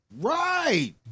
Right